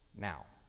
now,